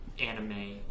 anime